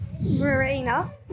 Marina